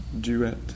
duet